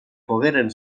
pogueren